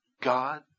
God